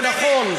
ונכון,